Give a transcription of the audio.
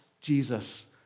Jesus